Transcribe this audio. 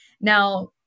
Now